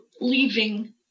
leaving